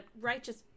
righteous